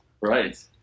Right